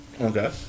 Okay